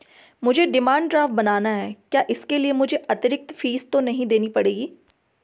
मुझे demand draft बनाना है क्या इसके लिए मुझे अतिरिक्त फीस तो नहीं देनी पड़ेगी?